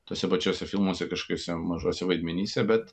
tuose pačiuose filmuose kažkokiuose mažuose vaidmenyse bet